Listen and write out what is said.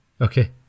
Okay